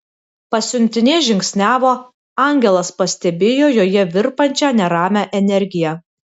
pasiuntinė žingsniavo angelas pastebėjo joje virpančią neramią energiją